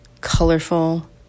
colorful